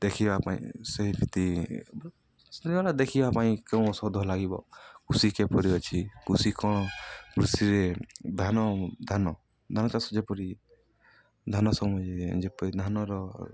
ଦେଖିବା ପାଇଁ ସେମତି ଦେଖିବା ପାଇଁ କେଉଁ ଔଷଧ ଲାଗିବ କୃଷି କିପରି ଅଛି କୃଷି କ'ଣ କୃଷିରେ ଧାନ ଧାନ ଧାନ ଚାଷ ଯେପରି ଧାନ ସମୟ ଯେପରି ଧାନର